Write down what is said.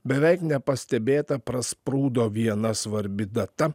beveik nepastebėta prasprūdo viena svarbi data